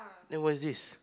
then what is this